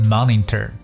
Monitor